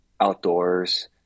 outdoors